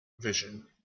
vision